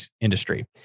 industry